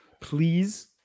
please